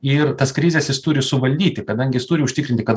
ir tas krizes jis turi suvaldyti kadangi jis turi užtikrinti kad